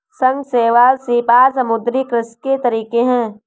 शंख, शैवाल, सीप आदि समुद्री कृषि के तरीके है